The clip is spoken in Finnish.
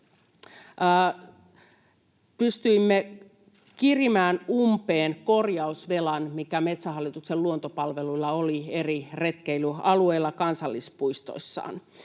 pystyimme kirimään umpeen korjausvelan, mikä Metsähallituksen luontopalveluilla oli eri retkeilyalueilla kansallispuistoissaan,